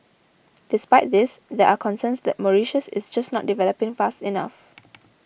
despite this there are concerns that Mauritius is just not developing fast enough